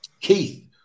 Keith